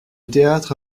théâtre